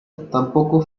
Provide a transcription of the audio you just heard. tampoco